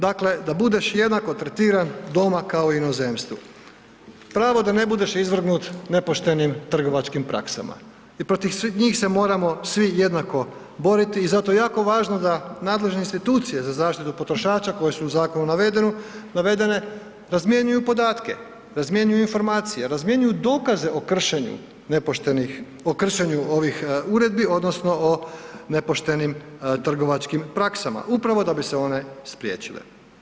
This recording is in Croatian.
Dakle, da budeš jednako tretiran doma kao i u inozemstvu, pravo da ne budeš izvrgnut nepoštenim trgovačkim praksama i protiv njih se moramo svi jednako boriti i zato je jako važno da nadležne institucije za zaštitu potrošača koje su u zakonu navedene razmjenjuju podatke, razmjenjuju informacije, razmjenjuju dokaze o kršenju nepoštenih, o kršenju ovih uredbi odnosno o nepoštenim trgovačkim praksama upravo da bi se one spriječile.